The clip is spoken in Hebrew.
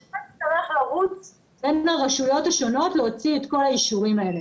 לא אצטרך לרוץ אל הרשויות השונות להוציא את כל האישורים האלה.